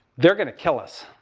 they're going to kill us.